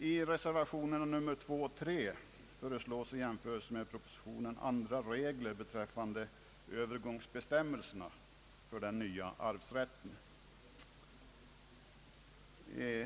I reservationerna 2 och 3 föreslås i jämförelse med propositionen andra regler beträffande övergångsbestämmelserna för den nya arvsrätten.